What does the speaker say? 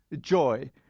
joy